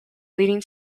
leading